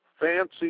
fancy